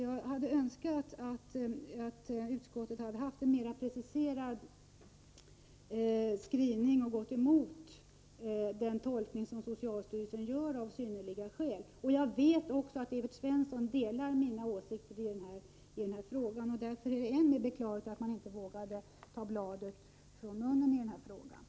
Jag hade önskat att utskottet hade formulerat en mer preciserad skrivning och gått emot den tolkning som socialstyrelsen gör av begreppet synnerliga skäl. Jag vet också att Evert Svensson delar mina åsikter i denna fråga. Därför är det än mer beklagligt att han inte vågade ta bladet från munnen.